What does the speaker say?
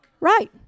Right